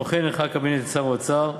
כמו-כן הנחה הקבינט את שר האוצר,